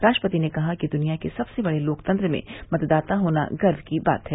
राष्ट्रपति ने कहा कि दृनिया के सबसे बड़े लोकतंत्र में मतदाता होना बड़े गर्व की बात है